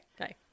Okay